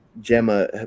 Gemma